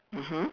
mmhmm